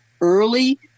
Early